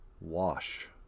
wash